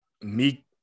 Meek